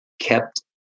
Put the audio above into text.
kept